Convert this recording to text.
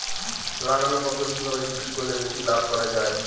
লাগানো ফসল কিভাবে বিক্রি করলে বেশি লাভ করা যায়?